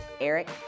Eric